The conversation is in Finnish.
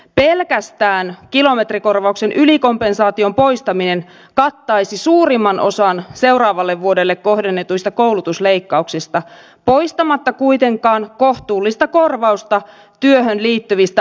pelkästään kilometrikorvauksen ylikompensaation poistaminen kattaisi suurimman osan seuraavalle vuodelle kohdennetuista koulutusleikkauksista poistamatta kuitenkaan kohtuullista korvausta työhön liittyvistä ajokilometreistä